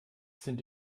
sind